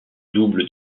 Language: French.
double